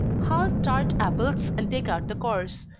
halve tart apples, and take out the cores.